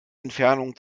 entfernung